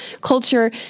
culture